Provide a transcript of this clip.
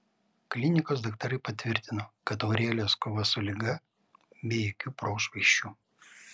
klinikos daktarai patvirtino kad aurelijos kova su liga be jokių prošvaisčių